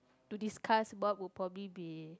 to discuss what would probably be